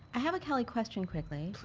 i have a kelly question quickly.